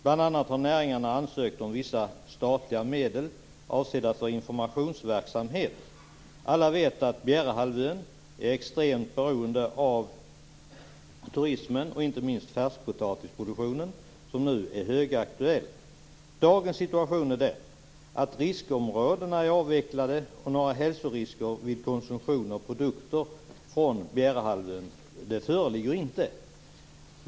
Näringarna har bl.a. ansökt om vissa statliga medel avsedda för informationsverksamhet. Alla vet att Bjärehalvön är extremt beroende av turismen och inte minst av färskpotatisproduktionen, som nu är högaktuell. Dagens situation är den att riskområdena är avvecklade och några hälsorisker vid konsumtion av produkter från Bjärehalvön föreligger inte.